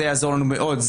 זה יעזור לנו מאוד.